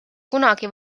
kunagi